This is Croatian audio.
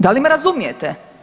Da li me razumijete?